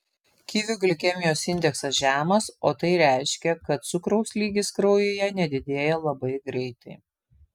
kivių glikemijos indeksas žemas o tai reiškia kad cukraus lygis kraujyje nedidėja labai greitai